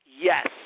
Yes